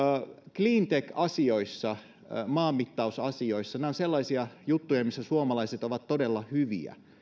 cleantech asiat maanmittausasiat nämä ovat sellaisia juttuja missä suomalaiset ovat todella hyviä